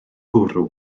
gwrw